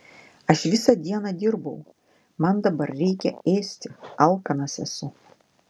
aš visą dieną dirbau man dabar reikia ėsti alkanas esu